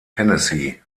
tennessee